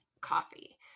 coffee